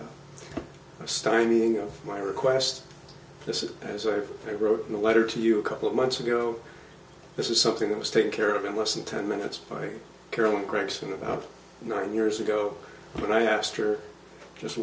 anything of my request this is as i wrote in a letter to you a couple of months ago this is something that was taken care of in less than ten minutes by carolyn gregson about nine years ago when i asked her just